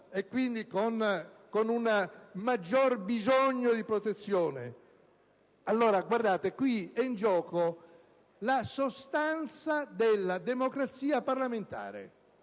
e, quindi, con un maggior bisogno di protezione. Guardate, qui è in gioco la sostanza della democrazia parlamentare.